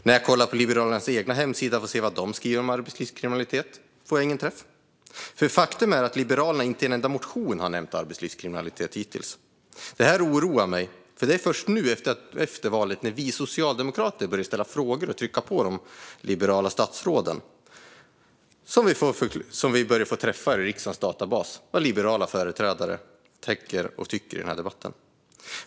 När jag kollar på Liberalernas egen hemsida för att se vad de skriver om arbetslivskriminalitet där får jag heller ingen träff. Faktum är att Liberalerna hittills inte i en enda motion har nämnt arbetslivskriminalitet. Det oroar mig. Det är först nu, efter valet, när vi socialdemokrater börjar ställa frågor och sätta press på de liberala statsråden som man börjar få träffar i riksdagens databas på vad liberala företrädare tänker och tycker i det här ämnet.